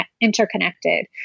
interconnected